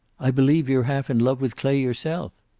i believe you're half in love with clay yourself!